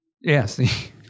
Yes